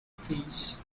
please